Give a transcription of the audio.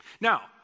Now